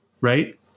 Right